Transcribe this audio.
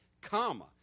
comma